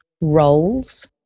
roles